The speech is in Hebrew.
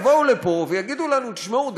יבואו לפה ויגידו לנו: תשמעו,